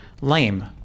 lame